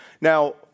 Now